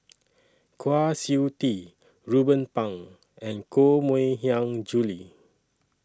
Kwa Siew Tee Ruben Pang and Koh Mui Hiang Julie